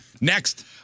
Next